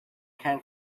can